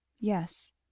Yes